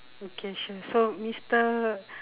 okay sure so mister